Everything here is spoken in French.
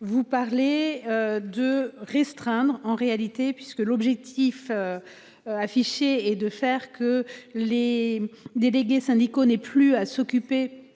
Vous parlez. De restreindre en réalité puisque l'objectif. Affiché est de faire que les délégués syndicaux n'est plus à s'occuper.